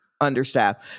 understaffed